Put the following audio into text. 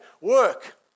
Work